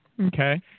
okay